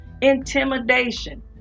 intimidation